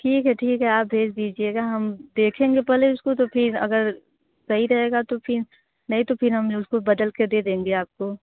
ठीक है ठीक है आप भेज दीजिएगा हम देखेंगे पहले इसको तो फ़िर अगर सही रहेगा तो फ़िर नहीं तो फ़िर हम न उस को बदलकर दे देंगे आप को